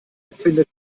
befindet